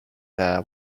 that